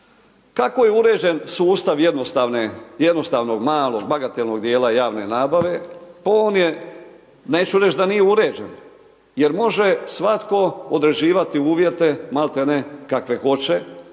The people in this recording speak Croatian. Kako je uređen sustav jednostavnog malog bagatelnog dijela javne nabave, pa on je, neću reći da nije uređen, jer može svatko određivati uvjete, maltene kakve hoće